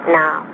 now